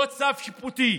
לא צו שיפוטי.